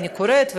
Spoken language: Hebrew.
אני קוראת,